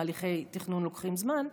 תהליכי תכנון לוקחים זמן,